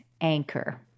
anchor